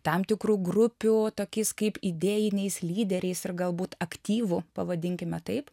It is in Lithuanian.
tam tikrų grupių tokiais kaip idėjiniais lyderiais ir galbūt aktyvų pavadinkime taip